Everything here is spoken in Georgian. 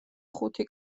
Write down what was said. ხუთი